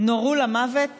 נורו למוות